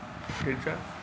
ठीक छै